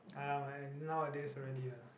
uh my nowadays really ah